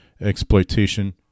exploitation